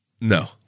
No